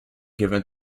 given